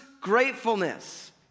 gratefulness